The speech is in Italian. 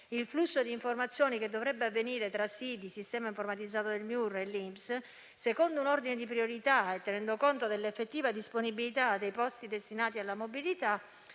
il flusso di informazioni che dovrebbe avvenire tra SIDI (sistema informatizzato del Ministero) e l'INPS, secondo un ordine di priorità e tenendo conto dell'effettiva disponibilità dei posti destinati alla mobilità,